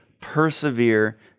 Persevere